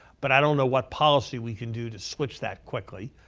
but i don't know what policy we can do to switch that quickly.